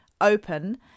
open